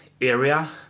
area